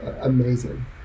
amazing